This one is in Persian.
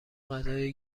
غذای